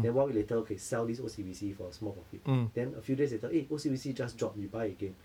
then one week later okay sell this O_C_B_C for a small profit then a few days later eh O_C_B_C just drop you buy again